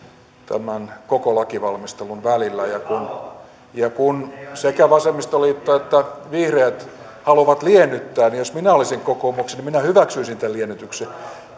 koko lakivalmistelun välillä ja kun ja kun sekä vasemmistoliitto että vihreät haluaa liennyttää niin jos minä olisin kokoomuksessa minä hyväksyisin tämän liennytyksen